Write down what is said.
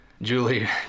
julie